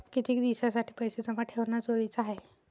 कितीक दिसासाठी पैसे जमा ठेवणं जरुरीच हाय?